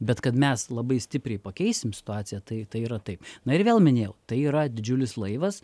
bet kad mes labai stipriai pakeisim situaciją tai tai yra taip na ir vėl minėjau tai yra didžiulis laivas